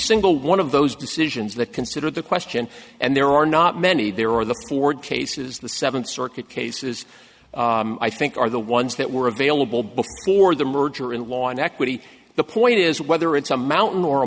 single one of those decisions that consider the question and there are not many there are the ford cases the seventh circuit cases i think are the ones that were available before the merger in law and equity the point is whether it's a mountain or a